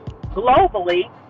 globally